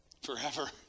forever